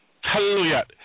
Hallelujah